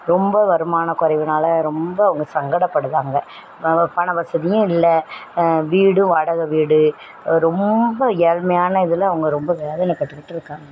ரொம்ப வருமான குறைவுனால ரொம்ப அவங்க சங்கடப்படுகிறாங்க அவங்க பண வசதியும் இல்லை வீடும் வாடகை வீடு ரொம்ப ஏழ்மையான இதில் அவங்க ரொம்ப வேதனைப்பட்டுக்கிட்டு இருக்காங்க